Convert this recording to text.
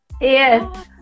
yes